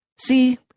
See